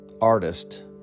artist